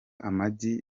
amagi